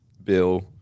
Bill